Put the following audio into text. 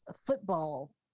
football